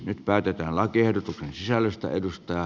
nyt päätetään lakiehdotuksen sisällöstä